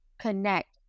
connect